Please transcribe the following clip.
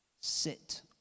sit